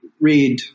read